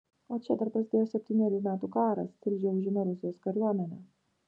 o čia dar prasidėjo septynerių metų karas tilžę užėmė rusijos kariuomenė